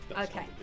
Okay